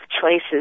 choices